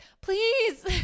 please